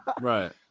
Right